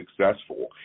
successful